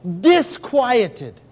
disquieted